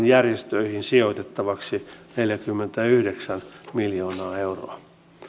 järjestöihin sijoitettavaksi neljäkymmentäyhdeksän miljoonaa euroa